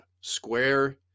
square